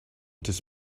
this